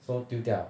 so 丢掉